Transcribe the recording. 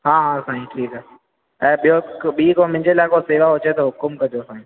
हा हा साईं ठीकु आहे ऐं ॿियो हिक ॿीं को मुंहिंजे लाइ को शेवा हुजे त हुकुमु कजो साईं